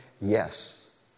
yes